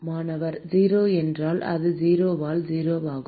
மாணவர் 0 என்றால் அது 0 ஆல் 0 ஆகும்